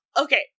Okay